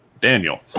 Daniel